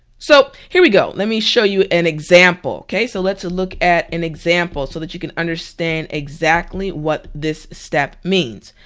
so here we go, let me show you an example, so let's look at an example so that you can understand exactly what this step means.